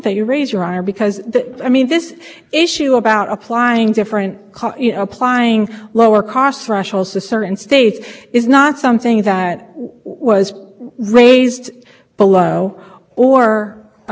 it may be a jump to the conclusion that increasing texas's budget will not have an effect on attainment and maintenance but there isn't